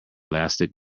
elastic